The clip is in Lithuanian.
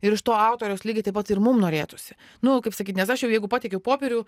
ir iš to autoriaus lygiai taip pat ir mum norėtųsi nu kaip sakyt nes aš jeigu pateikiau popierių